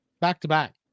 Back-to-back